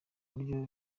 buryo